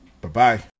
Bye-bye